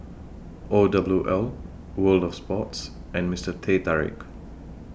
O W L World of Sports and Mister Teh Tarik